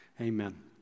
Amen